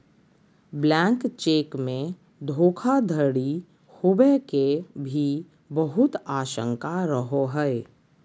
blank cheque मे धोखाधडी होवे के भी बहुत आशंका रहो हय